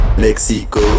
Mexico